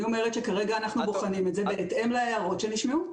אני אומרת שכרגע אנחנו בוחנים את זה בהתאם ההערות שנשמעו.